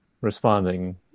responding